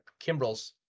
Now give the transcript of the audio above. Kimbrel's